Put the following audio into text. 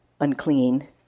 unclean